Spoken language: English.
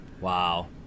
Wow